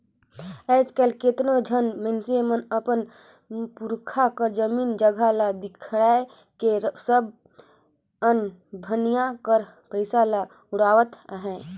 आएज काएल केतनो झन मइनसे मन अपन पुरखा कर जमीन जगहा ल बिगाएड़ के सब अनभनिया कर पइसा ल उड़ावत अहें